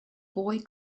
boy